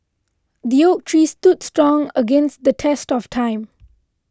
the oak tree stood strong against the test of time